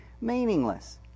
meaningless